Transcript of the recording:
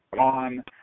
on